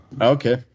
Okay